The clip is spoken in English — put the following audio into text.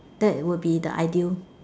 that would be the ideal